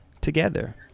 together